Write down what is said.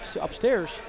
upstairs